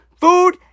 Food